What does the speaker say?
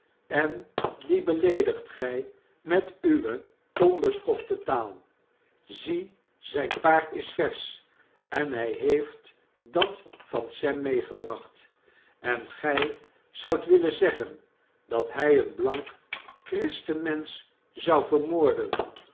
en dien beleedigt gy met uwe onbeschofte taal zie zyn paard is versch en hy heeft dat van sem meegebracht en gy zoudt willen zeggen dat hy een blank christenmensch zou vermoorden